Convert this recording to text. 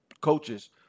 coaches